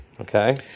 Okay